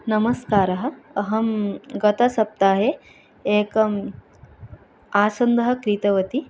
नमस्कारः अहं गतसप्ताहे एकम् आसन्दः क्रीतवती